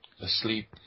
asleep